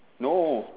no